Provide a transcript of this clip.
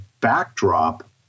backdrop